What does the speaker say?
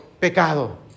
pecado